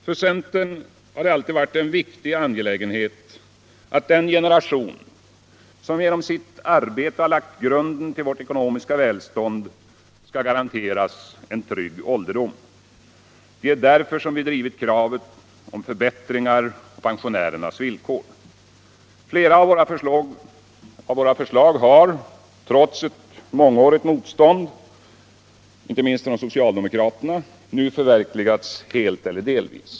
För centern har det alltid varit en viktig angelägenhet att den generation som genom sitt arbete lagt grunden till vårt eko nomiska välstånd skall garanteras en trygg ålderdom. Det är därför som vi drivit kraven på förbättringar av pensionärernas villkor. Flera av våra förslag har, trots mångårigt motstånd, inte minst från socialdemokraterna, nu förverkligats helt eller delvis.